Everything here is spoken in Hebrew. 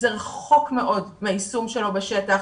זה רחוק מאוד מהיישום שלו בשטח.